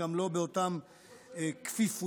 גם לא באותן כפיפויות.